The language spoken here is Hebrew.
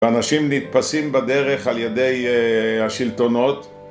האנשים נתפסים בדרך על ידי השלטונות